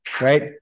right